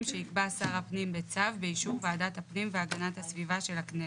שיקבע שר הפנים בצו באישור ועדת הפנים והגנת הסביבה של הכנסת".